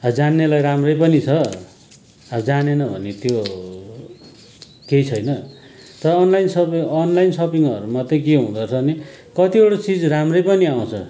जान्नेलाई राम्रै पनि छ अब जानेन भने त्यो केही छैन तर अनलाइन सपिङ अनलाइन सपिङहरूमा चाहिँ के हुँदोरहेछ भने कतिवटा चिज राम्रै पनि आउँछ